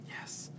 Yes